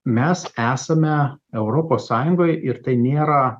mes esame europos sąjungoje ir tai nėra